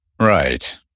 right